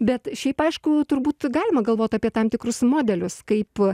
bet šiaip aišku turbūt galima galvot apie tam tikrus modelius kaip